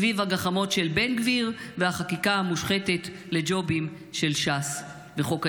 סביב הגחמות של בן גביר והחקיקה המושחתת לג'ובים של ש"ס וחוק ההשתמטות.